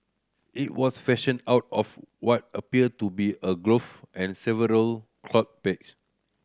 it was fashioned out of what appear to be a glove and several peg